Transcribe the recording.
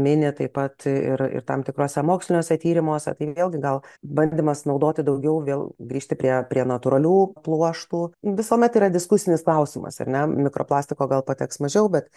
mini taip pat ir ir tam tikruose moksliniuose tyrimuose tai vėlgi gal bandymas naudoti daugiau vėl grįžti prie prie natūralių pluoštų visuomet yra diskusinis klausimas ar ne mikroplastiko gal pateks mažiau bet